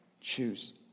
choose